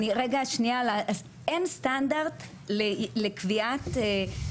אין סטנדרט לקביעה.